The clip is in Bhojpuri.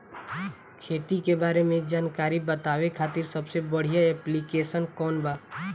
खेती के बारे में जानकारी बतावे खातिर सबसे बढ़िया ऐप्लिकेशन कौन बा?